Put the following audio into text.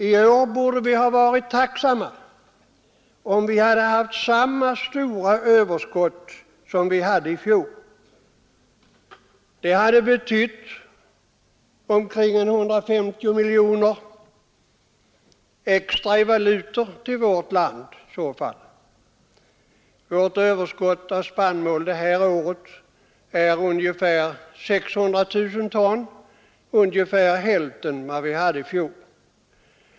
I år borde vi ha varit tacksamma om vi hade haft samma stora överskott som vi hade i fjor. Det hade i så fall betytt omkring 150 miljoner kronor extra i valutor till vårt land. Vårt överskott av spannmål det här året är ungefär 600 000 ton — ungefär hälften av vad vi hade i fjor.